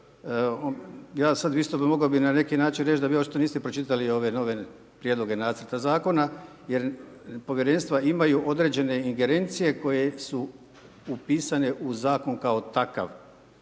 ja sad bi isto mogao bi na neki način reći da vi očito niste pročitali ove nove prijedloge nacrta zakona jer povjerenstva imaju određene ingerencije koje su upisane u Zakon kao takav,